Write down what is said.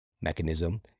mechanism